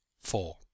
Four